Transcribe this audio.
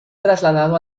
trasladado